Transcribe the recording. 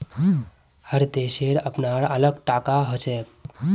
हर देशेर अपनार अलग टाका हछेक